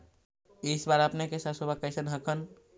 इस बार अपने के सरसोबा कैसन हकन?